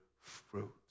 fruit